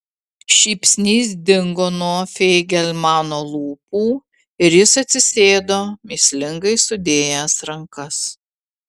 šypsnys dingo nuo feigelmano lūpų ir jis atsisėdo mįslingai sudėjęs rankas